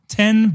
ten